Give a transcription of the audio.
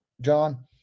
john